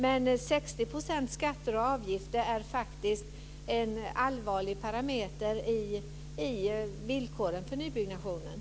Men 60 % i skatter och avgifter är faktiskt en allvarlig parameter i villkoren för nybyggnationer.